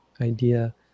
idea